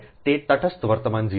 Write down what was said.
હવે તે તટસ્થ વર્તમાન 0 છે